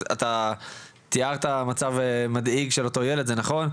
אתה תיארת מצב מדאיג של אותו הילד וזה נכון,